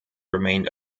remained